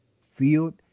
field